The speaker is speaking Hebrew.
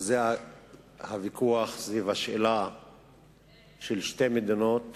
וזה הוויכוח סביב השאלה של שתי מדינות